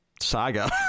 saga